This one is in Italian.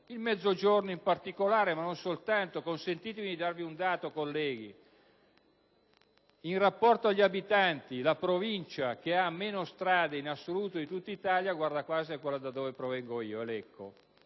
il Mezzogiorno in particolare, ma non soltanto. Consentitemi di fornirvi un dato, colleghi: in rapporto agli abitanti, la Provincia che ha meno strade in assoluto in Italia - guarda caso - è quella da cui io provengo, Lecco.